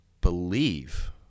believe